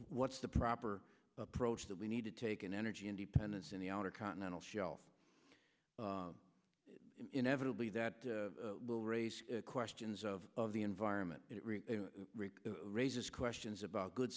what's the proper approach that we need to take in energy independence in the outer continental shelf inevitably that will raise questions of the environment it raises questions about good